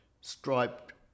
striped